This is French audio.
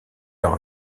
leur